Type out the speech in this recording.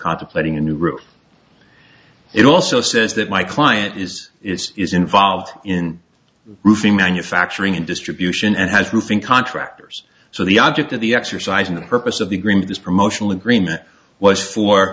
contemplating a new roof it also says that my client is is is involved in roofing manufacturing and distribution and has roofing contractors so the object of the exercise and the purpose of the agreement is promotional agreement was for